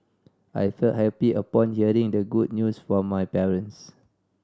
I felt happy upon hearing the good news from my parents